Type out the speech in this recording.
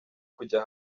kujya